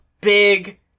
big